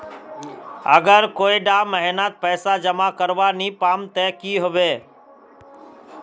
अगर कोई डा महीनात पैसा जमा करवा नी पाम ते की होबे?